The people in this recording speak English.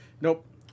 Nope